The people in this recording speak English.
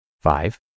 Five